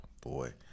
boy